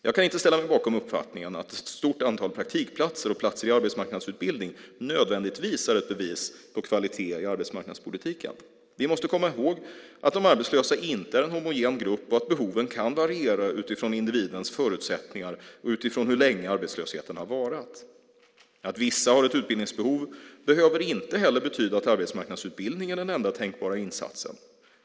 Jag kan inte ställa mig bakom uppfattningen att ett stort antal praktikplatser och platser i arbetsmarknadsutbildning nödvändigtvis är ett bevis på kvalitet i arbetsmarknadspolitiken. Vi måste komma ihåg att de arbetslösa inte är en homogen grupp och att behoven kan variera utifrån individens förutsättningar och utifrån hur länge arbetslösheten varat. Att vissa har ett utbildningsbehov behöver inte heller betyda att arbetsmarknadsutbildning är den enda tänkbara insatsen.